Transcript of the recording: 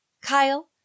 Kyle